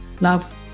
Love